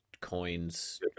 coins